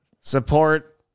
support